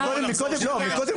קודם, כולם